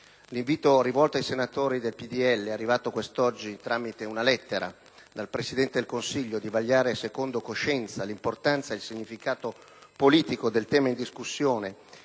L'invito rivolto ai senatori del PdL, arrivato quest'oggi tramite una lettera dal Presidente del Consiglio, di vagliare secondo coscienza l'importanza e il significato politico del tema in discussione,